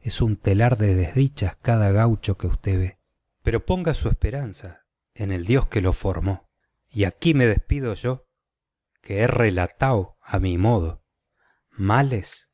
es un telar de desdichas cada gaucho que usté ve pero ponga su esperanza en el dios que lo formó y aquí me despido yo que he relatao a mi modo males